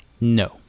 No